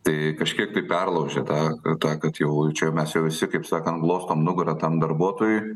tai kažkiek tai perlaužė tą tą kad jau čia mes jau visi kaip sakant glostom nugarą tam darbuotojui